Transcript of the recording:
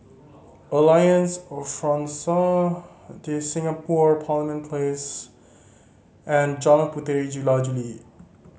Alliance Francaise De Singapour Parliament Place and Jalan Puteri Jula Juli